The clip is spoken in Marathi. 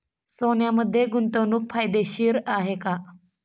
सोन्यामध्ये गुंतवणूक फायदेशीर आहे का?